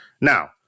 Now